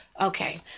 Okay